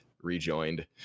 Rejoined